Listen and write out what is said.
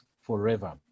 forever